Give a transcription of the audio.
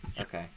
okay